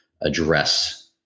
address